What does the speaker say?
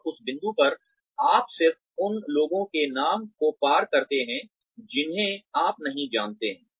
और उस बिंदु पर आप सिर्फ उन लोगों के नाम को पार करते हैं जिन्हें आप नहीं जानते हैं